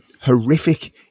horrific